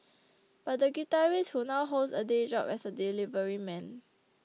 but the guitarist who now holds a day job as a delivery man